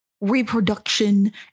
reproduction